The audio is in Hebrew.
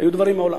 היו דברים מעולם.